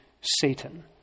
Satan